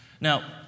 Now